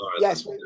yes